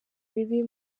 bibi